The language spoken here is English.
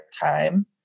time